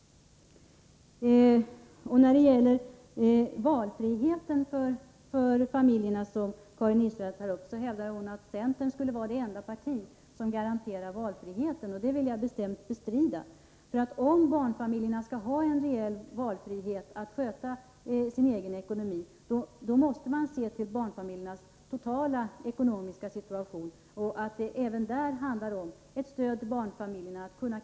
När det gäller valfriheten för barnfamiljerna hävdar Karin Israelsson att centern skulle vara det enda parti som garanterar valfrihet. Det vill jag bestämt bestrida. Om barnfamiljerna skall ha en reell valfrihet och kunna klara sin ekonomi, måste man se till deras totala ekonomiska situation. Även här handlar det om ett stöd till barnfamiljerna.